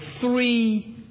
three